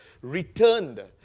returned